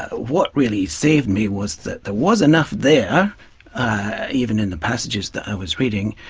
what really saved me was that there was enough there even in the passages that i was reading,